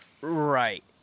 Right